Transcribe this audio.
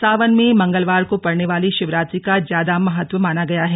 सावन में मंगलवार को पड़ने वाली शिवरात्रि का ज्यादा महत्व माना गया है